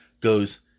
goes